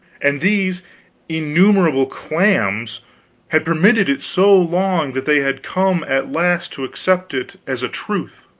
and these innumerable clams had permitted it so long that they had come at last to accept it as a truth